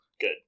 good